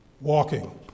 walking